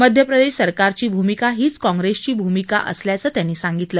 मध्य प्रदेश सरकारची भूमिका हीच काँप्रेसची भूमिका असल्याचं त्यांनी सांगितलं